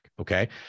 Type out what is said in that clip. okay